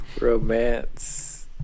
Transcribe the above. Romance